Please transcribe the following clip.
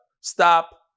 Stop